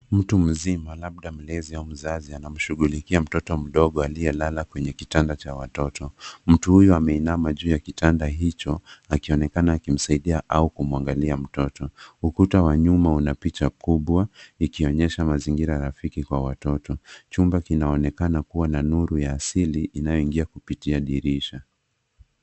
Mtu mzima labda mlezi au mzazi anamshughulikia mtoto mdogo aliyelala kwenye kitanda cha watoto. Mtu huyo ameinama juu ya kitanda hicho, akionekana akimsaidia au kumwangalia mtoto. Ukuta wa nyuma una picha kubwa, ikionyesha mazingira rafiki kwa watoto. Chumba kinaonekana kua na nuru ya asili, inayoingia kupitia dirisha.